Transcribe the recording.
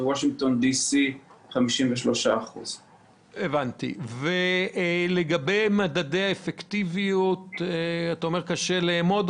וושינגטון די סי 53%. ואת מדדי האפקטיביות אתה אומר שקשה לאמוד,